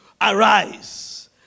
arise